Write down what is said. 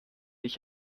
ich